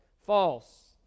False